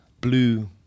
blue